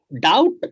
doubt